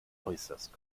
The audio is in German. äußerst